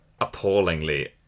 appallingly